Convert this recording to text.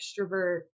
extrovert